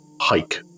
hike